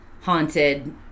haunted